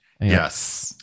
yes